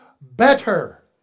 better